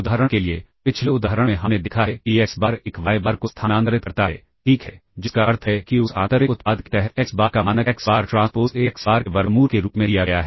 उदाहरण के लिए पिछले उदाहरण में हमने देखा है कि एक्स बार एक वाय बार को स्थानांतरित करता है ठीक है जिसका अर्थ है कि उस आंतरिक उत्पाद के तहत एक्स बार का मानक x bar transpose A x bar के वर्गमूल के रूप में दिया गया है